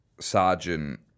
Sergeant